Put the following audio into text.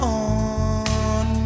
on